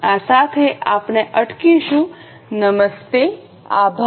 આ સાથે આપણે અટકીશું નમસ્તે આભાર